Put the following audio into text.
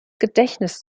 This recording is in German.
gedächtnis